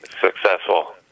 successful